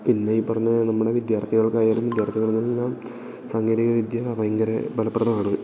പിന്നെ ഈ പറഞ്ഞ നമ്മുടെ വിദ്യാർത്ഥികൾക്കായാലും വിദ്യാർത്ഥികളിൽ നിന്ന് സാങ്കേതികവിദ്യ ഭയങ്കര ഫലപ്രദാണ്